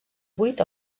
vuit